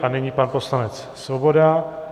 A nyní pan poslanec Svoboda.